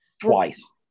twice